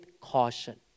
caution